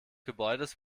gebäudes